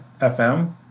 FM